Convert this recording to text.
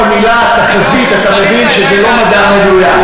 מתוקף המילה "תחזית", אתה מבין שזה לא מדע מדויק.